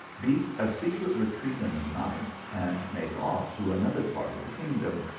beat a secret retreat in the night, and make off to another part of the kingdom.